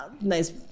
Nice